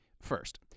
first